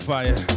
fire